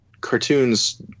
cartoons